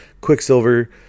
Quicksilver